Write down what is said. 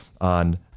on